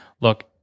Look